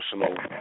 personal